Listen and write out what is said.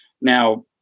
Now